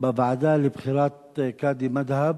בוועדה לבחירת קאדי מד'הב.